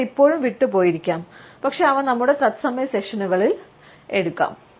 ചിലത് ഇപ്പോഴും വിട്ടുപോയിരിക്കാം പക്ഷേ അവ നമ്മുടെ തത്സമയ സെഷനുകളിൽ എടുക്കാം